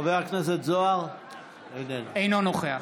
אינו נוכח